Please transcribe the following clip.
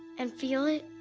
and feel it,